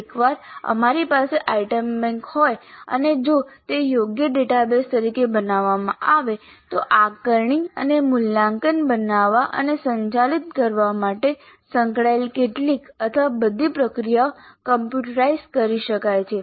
એકવાર અમારી પાસે આઇટમ બેંક હોય અને જો તે યોગ્ય ડેટાબેઝ તરીકે બનાવવામાં આવે તો આકારણી અને મૂલ્યાંકન બનાવવા અને સંચાલિત કરવા સાથે સંકળાયેલી કેટલીક અથવા બધી પ્રક્રિયાઓ કમ્પ્યુટરાઇઝ્ડ કરી શકાય છે